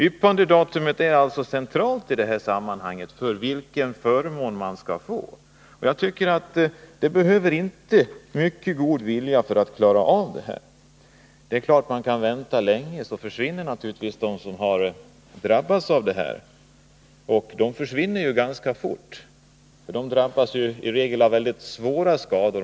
Yppandedatum är alltså centralt när det gäller frågan om vilken förmån man kan få. Jag tycker inte att det behövs särskilt mycken god vilja för att klara av det här problemet. Men det är klart att om man väntar tillräckligt länge försvinner de som drabbas. De försvinner ganska fort, för de som drabbas har i regel fått väldigt svåra skador.